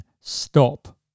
stop